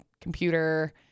computer